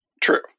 True